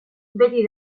beti